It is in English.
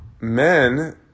men